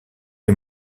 est